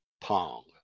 Pong